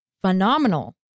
phenomenal